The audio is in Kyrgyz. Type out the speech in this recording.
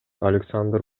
александр